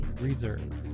reserved